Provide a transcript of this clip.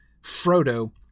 Frodo